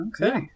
Okay